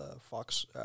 fox